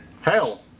Hell